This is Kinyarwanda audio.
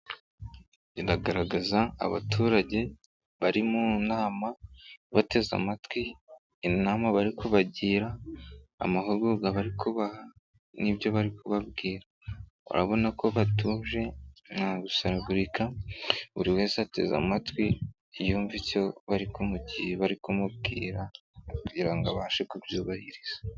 Iragaragaza abaturage bari mu nama bateze amatwi, inama bari kubagira, amahugurwa bari kubaha nibyo bari kubabwira. Urabona ko batuje ntagusaragurika buri wese ateze amatwi yumve icyo bari kumugi, bari kumubwira kugira ngo abashe kubyubahiriza.